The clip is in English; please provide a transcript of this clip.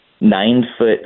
nine-foot